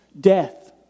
death